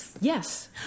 Yes